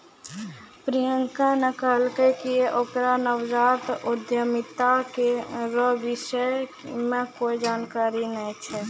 प्रियंका ने कहलकै कि ओकरा नवजात उद्यमिता रो विषय मे कोए जानकारी नै छै